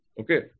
Okay